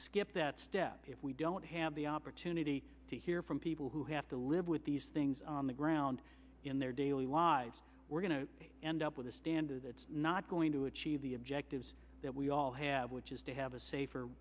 skip that step if we don't have the opportunity to hear from people who have to live with these things on the ground in their daily lives we're going to end up with a standard that's not going to achieve the objectives that we all have which is to have a safer